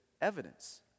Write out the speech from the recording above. evidence